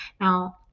Now